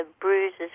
bruises